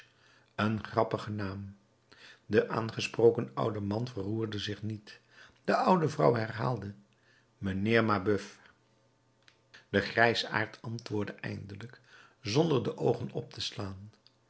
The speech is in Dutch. een grappige naam de aangesproken oude man verroerde zich niet de oude vrouw herhaalde mijnheer mabeuf de grijsaard antwoordde eindelijk zonder de oogen op te slaan